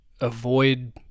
avoid